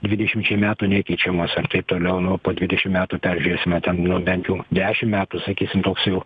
dvidešimčiai metų nekeičiamos ir taip toliau nu dvidešimt metų peržiūrėsime ten nu bent jau dešimt metų sakysime toks jau